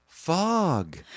Fog